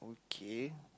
K